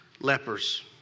lepers